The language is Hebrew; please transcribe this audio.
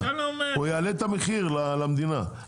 היצרן יעלה את המחיר למדינה.